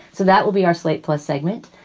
so that will be our slate plus segment.